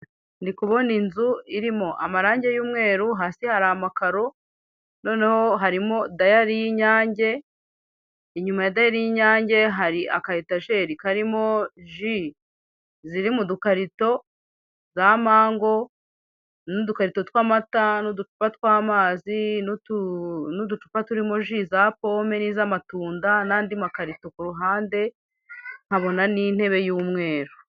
Ndi kubona Inzu irimo amarange y'umweru hasi hari amakaro noneho harimo diary y'inyange inyuma ya diary y'inyange hari aka etajeri karimo jus ziri mu dukarito za mango n'udukarito tw'amata n'uducupa tw'amazi nutu n'uducupa turimo jus za pome nizamatunda nandi makarito kuruhande nkabona n'intebe y'umweru.